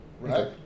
right